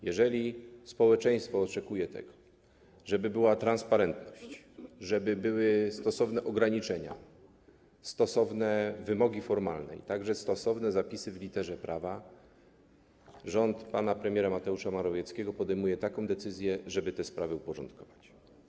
Jeżeli społeczeństwo oczekuje tego, żeby była transparentność, żeby były stosowne ograniczenia, stosowne wymogi formalne, także stosowne zapisy w literze prawa, rząd pana premiera Mateusza Morawieckiego podejmuje decyzję, żeby te sprawy uporządkować.